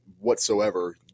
whatsoever